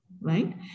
right